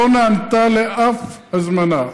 לא נענתה לאף הזמנה.